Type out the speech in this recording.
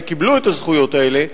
שקיבלו את הזכויות האלה,